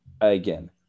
again